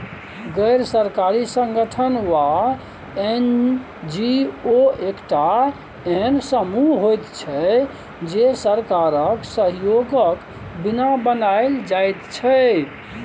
गैर सरकारी संगठन वा एन.जी.ओ एकटा एहेन समूह होइत छै जे सरकारक सहयोगक बिना बनायल जाइत छै